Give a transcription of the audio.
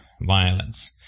violence